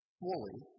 fully